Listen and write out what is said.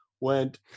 went